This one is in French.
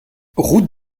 route